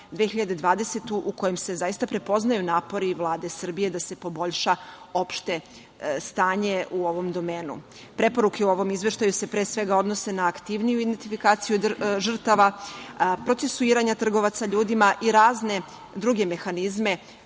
godinu u kojim se zaista prepoznaju napori Vlade Srbije da se poboljša opšte stanje u ovom domenu. Preporuke u ovom izveštaju se pre svega odnose na aktivniju identifikaciju žrtava, procesuiranja trgovaca ljudima i razne druge mehanizme